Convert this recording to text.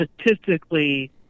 statistically